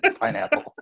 Pineapple